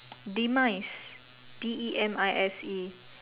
demise D E M I S E